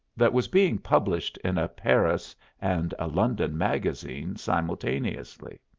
that was being published in a paris and a london magazine simultaneously.